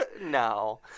No